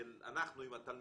של אנחנו עם התלמידים,